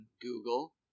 Google